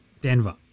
Denver